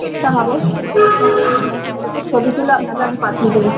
কেকটা হবে ছবি তুলে আপনাকে আমি পাঠিয়ে দেবো